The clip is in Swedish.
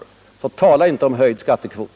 Så tala tyst om höjd skattekvot!